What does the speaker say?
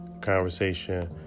Conversation